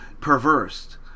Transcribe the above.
perverse